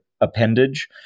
appendage